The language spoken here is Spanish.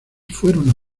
fueron